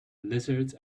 lizards